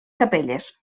capelles